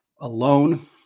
alone